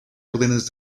órdenes